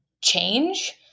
change